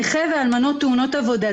נכי ואלמנות תאונות עבודה,